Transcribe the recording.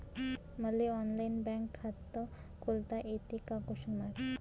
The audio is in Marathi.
मले ऑनलाईन बँक खात खोलता येते का?